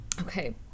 okay